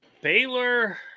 baylor